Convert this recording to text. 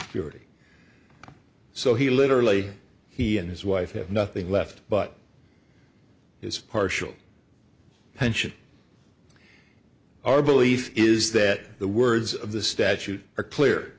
security so he literally he and his wife have nothing left but his partial pension our belief is that the words of the statute are clear